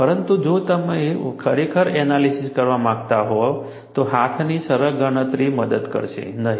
પરંતુ જો તમે ખરેખર એનાલિસીસ કરવા માંગતા હોય તો હાથની સરળ ગણતરી મદદ કરશે નહીં